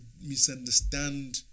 misunderstand